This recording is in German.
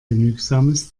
genügsames